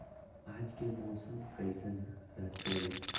आज के मौसम कैसन रहताई?